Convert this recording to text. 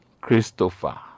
Christopher